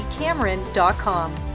Cameron.com